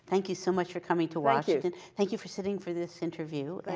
thank you so much for coming to washington. thank you for sitting for this interview.